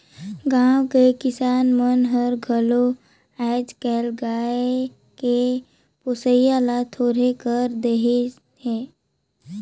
गाँव के किसान मन हर घलो आयज कायल गाय के पोसई ल थोरहें कर देहिनहे